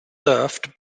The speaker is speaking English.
served